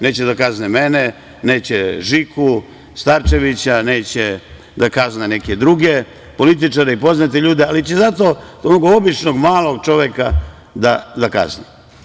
Neće da kazne mene, neće Žiku Starčevića, neće da kazne neke druge političare i poznate ljude, ali će zato onog običnog malog čoveka da kazne.